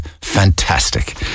fantastic